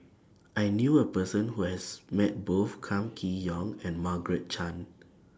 I knew A Person Who has Met Both Kam Kee Yong and Margaret Chan